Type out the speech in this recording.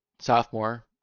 Sophomore